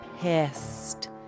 pissed